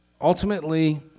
ultimately